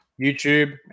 YouTube